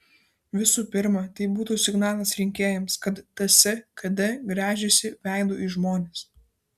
visų pirma tai būtų signalas rinkėjams kad ts kd gręžiasi veidu į žmones